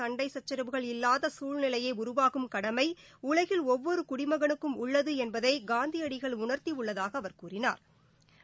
சண்டை சச்சரவுகள் இல்லாத சூழ்நிலையை உருவாக்கும் கடமை உலகில் ஒவ்வொரு குடிமகனுக்கும் உள்ளது என்பதை காந்தியடிகள் உணா்த்தியுள்ளதாக அவா் கூறினாா்